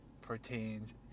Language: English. pertains